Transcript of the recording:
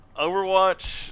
overwatch